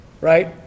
right